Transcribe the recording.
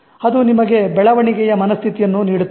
ಅದು ನಿಮಗೆ ಬೆಳವಣಿಗೆಯ ಮನಸ್ಥಿತಿಯನ್ನು ನೀಡುತ್ತದೆ